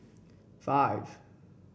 five